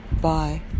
Bye